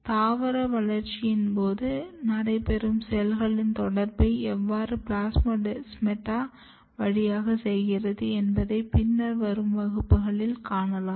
தாவர வளர்ச்சியின் போது நடைபெறும் செல்களின் தொடர்பை எவ்வாறு பிளாஸ்மொடெஸ்மாட்டா வழியாக செய்கிறது என்பதை பின்னர் வரும் வகுப்புகளில் காணலாம்